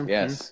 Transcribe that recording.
Yes